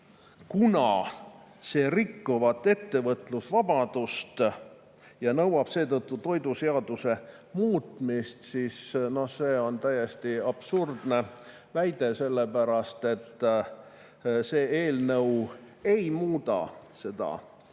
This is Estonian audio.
kuna see rikub ettevõtlusvabadust ja [eeldab] seetõttu toiduseaduse muutmist. See on täiesti absurdne väide, sellepärast et see eelnõu ei muuda seda